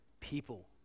people